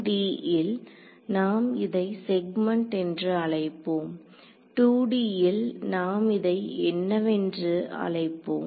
1D ல் நாம் இதை செக்மெண்ட் என்று அழைப்போம் 2D ல் நாம் இதை என்னவென்று அழைப்போம்